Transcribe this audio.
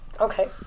Okay